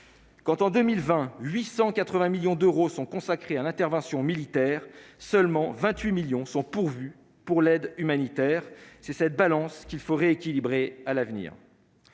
quand en 2020 880 millions d'euros sont consacrés à l'intervention militaire, seulement 28 millions sont pourvus pour l'aide humanitaire, c'est cette balance qu'il faut rééquilibrer à l'avenir,